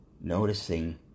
noticing